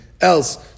else